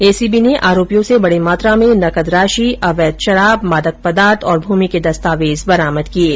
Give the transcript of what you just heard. ACB ने आरोपियों से बड़ी मात्रा में नकद राशि अवैध शराब मादक पदार्थ तथा भूमि के दस्तावेज बरामद किये है